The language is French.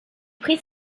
prit